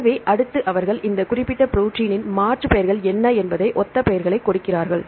எனவே அடுத்து அவர்கள் இந்த குறிப்பிட்ட ப்ரோடீனின் மாற்று பெயர்கள் என்ன என்பதை ஒத்த பெயர்களைக் கொடுக்கிறார்கள்